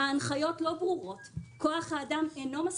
ההנחיות לא ברורות, כוח-האדם אינו מספיק,